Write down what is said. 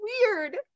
weird